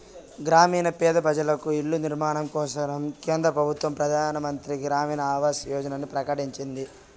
గ్రామీణ పేద పెజలకు ఇల్ల నిర్మాణం కోసరం కేంద్ర పెబుత్వ పెదానమంత్రి గ్రామీణ ఆవాస్ యోజనని ప్రకటించింది